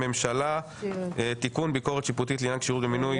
הממשלה (תיקון - ביקורת שיפוטית לעניין כשירות במינוי),